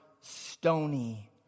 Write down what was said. Stony